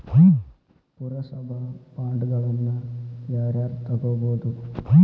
ಪುರಸಭಾ ಬಾಂಡ್ಗಳನ್ನ ಯಾರ ಯಾರ ತುಗೊಬೊದು?